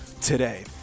today